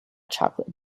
chocolate